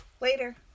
Later